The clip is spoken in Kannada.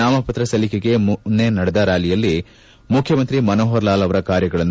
ನಾಮಪತ್ರ ಸಲ್ಲಿಕೆಗೆ ಮುನ್ನ ನಡೆದ ರ್ಶಾಲಿಯಲ್ಲಿ ಮುಖ್ಯಮಂತ್ರಿ ಮನೋಪರ್ ಲಾಲ್ ಅವರ ಕಾರ್ಯಗಳನ್ನು